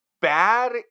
bad